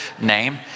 name